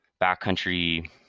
backcountry